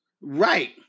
Right